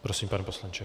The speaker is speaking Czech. Prosím, pane poslanče.